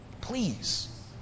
Please